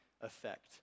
effect